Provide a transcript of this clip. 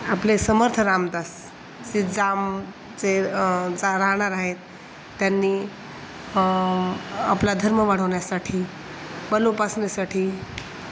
आपले समर्थ रामदास सिजामचे जा राहणार आहेत त्यांनी आपला धर्म वाढवण्यासाठी बलोपासनेसाठी